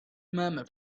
murmur